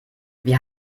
wir